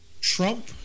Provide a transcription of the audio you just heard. Trump